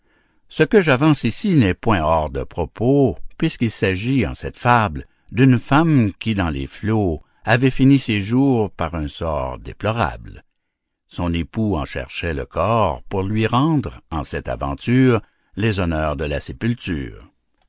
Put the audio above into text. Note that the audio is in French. ce que j'avance ici n'est point hors de propos puisqu'il s'agit en cette fable d'une femme qui dans les flots avait fini ses jours par un sort déplorable son époux en cherchait le corps pour lui rendre en cette aventure les honneurs de la sépulture